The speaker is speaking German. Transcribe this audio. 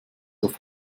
auf